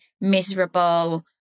miserable